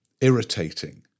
irritating